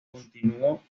continuó